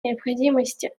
необходимости